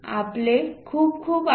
आपले खूप खूप आभार